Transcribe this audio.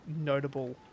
notable